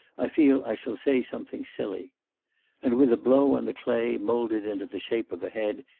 i feel i shall say something silly and with a blow on the clay moulded into the shape of a head,